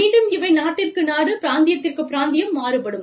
மீண்டும் இவை நாட்டிற்கு நாடு பிராந்தியத்திற்குப் பிராந்தியம் மாறுபடும்